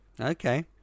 Okay